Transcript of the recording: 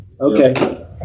Okay